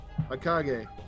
Akage